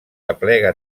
aplega